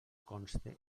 conste